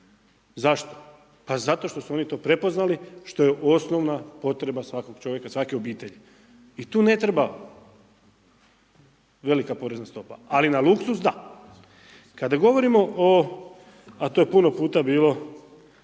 Zašto? Pa zato što su oni to prepoznali, što je osnovna potreba svakog čovjeka, svake obitelji. I tu ne treba velika porezna stopa. Ali na luksuz, da. Kada govorimo o, a to je puno puta bilo